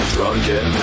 Drunken